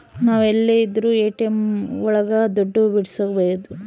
ನಾವ್ ಎಲ್ಲೆ ಇದ್ರೂ ಎ.ಟಿ.ಎಂ ಒಳಗ ದುಡ್ಡು ಬಿಡ್ಸ್ಕೊಬೋದು